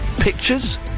Pictures